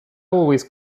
always